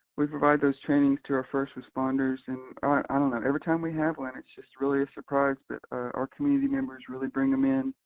we provide those trainings through our first responders and i don't know, and every time we have one, it's just really a surprise that our community members really bring em in.